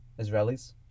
Israelis